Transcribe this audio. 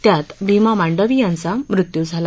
त्यात भीमा मांडवी यांचा मृत्यू झाला